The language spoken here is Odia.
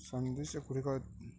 ସନ୍ଦେଶ ଗୁଡ଼ିକ